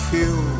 feel